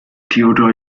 theodor